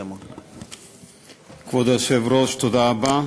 כבוד היושב-ראש, תודה רבה,